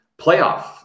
playoff